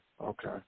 Okay